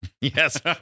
Yes